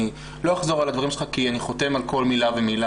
אני לא אחזור על הדברים שלך כי אני חותם על כל מילה ומילה,